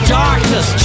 darkness